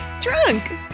drunk